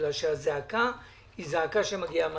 בגלל שהזעקה היא זעקה שמגיעה מהציבור.